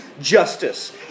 justice